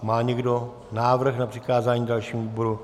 Má někdo návrh na přikázání dalšímu výboru?